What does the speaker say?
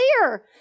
clear